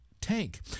tank